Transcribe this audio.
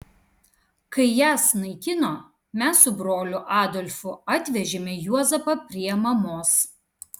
kai jas naikino mes su broliu adolfu atvežėme juozapą prie mamos